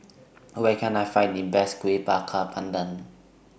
Where Can I Find The Best Kuih Bakar Pandan